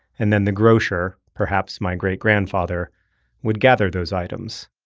and then the grocer perhaps my great-grandfather would gather those items.